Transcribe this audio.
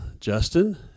Justin